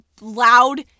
loud